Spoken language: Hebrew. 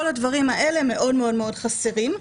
כל הדברים האלה מאוד מאוד חסרים,